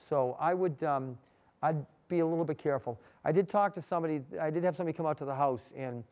so i would i'd be a little bit careful i did talk to somebody i did have some to come out to the house